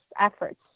efforts